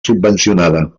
subvencionada